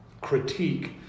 critique